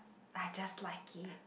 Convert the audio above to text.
I just like it